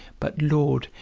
but, lord,